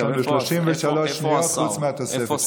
יש לך 33 שניות חוץ מהתוספת.